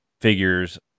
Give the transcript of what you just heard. figures